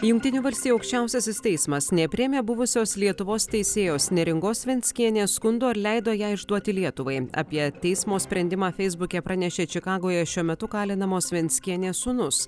jungtinių valstijų aukščiausiasis teismas nepriėmė buvusios lietuvos teisėjos neringos venckienės skundo ir leido ją išduoti lietuvai apie teismo sprendimą feisbuke pranešė čikagoje šiuo metu kalinamos venckienės sūnus